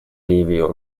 ливию